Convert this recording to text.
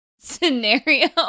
Scenario